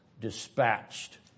dispatched